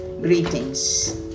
Greetings